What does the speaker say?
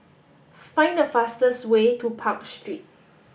find the fastest way to Park Street